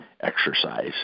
exercise